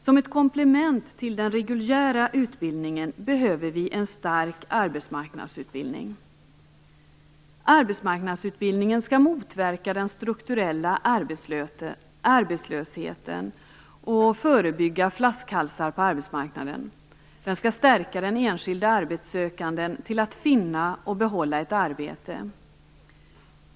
Som ett komplement till den reguljära utbildningen behöver vi en stark arbetsmarknadsutbildning. Arbetsmarknadsutbildningen skall motverka den strukturella arbetslösheten och förebygga flaskhalsar på arbetsmarknaden. Den skall stärka den enskilde arbetssökanden till att finna och behålla ett arbete.